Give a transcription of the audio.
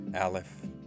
Aleph